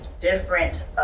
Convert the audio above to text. different